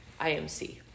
IMC